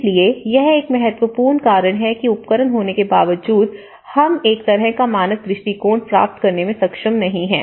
इसलिए यह एक महत्वपूर्ण कारण है कि उपकरण होने के बावजूद हम एक तरह का मानक दृष्टिकोण प्राप्त करने में सक्षम नहीं हैं